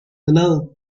blurred